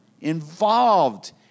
involved